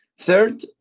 Third